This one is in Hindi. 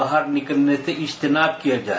बाहर निकलने से इश्तेनाक किया जाए